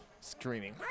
Screaming